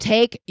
Take